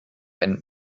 and